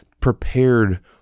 prepared